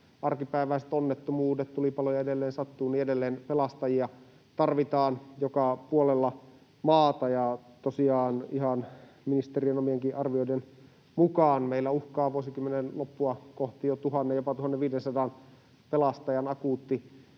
arkipäiväisiä onnettomuuksia, tulipaloja ja niin edelleen, edelleen sattuu, ja edelleen pelastajia tarvitaan joka puolella maata, ja tosiaan ihan ministeriön omienkin arvioiden mukaan meillä uhkaa vuosikymmenen loppua kohti jo tuhannen, jopa 1 500 pelastajan akuutti